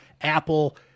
Apple